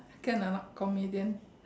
can or not comedian